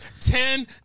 ten